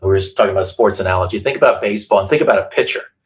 were just talking about sports analogy. think about baseball, and think about a pitcher.